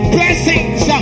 Blessings